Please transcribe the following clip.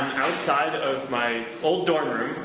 outside of my old dorm room,